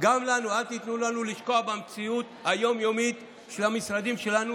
גם לנו: אל תיתנו לנו לשקוע במציאות היום-יומית של המשרדים שלנו,